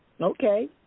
Okay